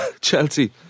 Chelsea